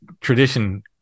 tradition